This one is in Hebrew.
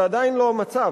זה עדיין לא המצב,